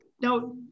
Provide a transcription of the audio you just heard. Now